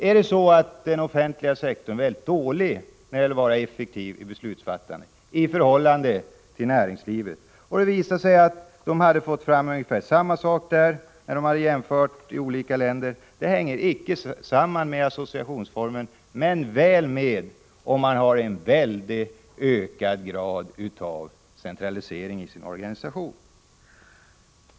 Efter att ha studerat den saken i olika länder kom man fram till att effektiviteten i beslutsfattandet inte hängde samman med associationsformen men väl med om det fanns en ökad grad av centralisering i organisationen.